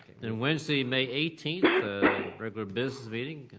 and wednesday may eighteenth, ah regular business meeting,